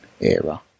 era